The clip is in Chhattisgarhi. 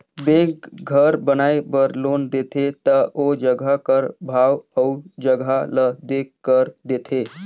बेंक घर बनाए बर लोन देथे ता ओ जगहा कर भाव अउ जगहा ल देखकर देथे